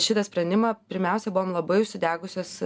šitą sprendimą pirmiausia buvom labai užsidegusios